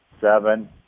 seven